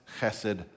chesed